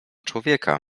człowieka